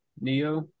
Neo